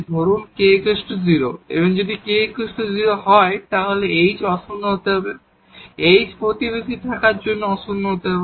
ধরুন এই k 0 তাই যদি k 0 হয় তাহলে h অশূন্য হতে হবে h প্রতিবেশে থাকার জন্য অশূন্য হতে হবে